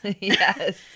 Yes